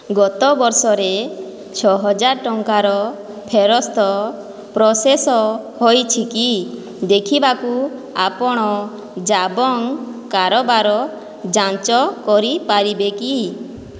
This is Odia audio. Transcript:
ଗତବର୍ଷରେ ଛଅ ହଜାର ଟଙ୍କାର ଫେରସ୍ତ ପ୍ରୋସେସ୍ ହୋଇଛି କି ଦେଖିବାକୁ ଆପଣ ଜାବଙ୍ଗ୍ କାରବାର ଯାଞ୍ଚ କରିପାରିବେ କି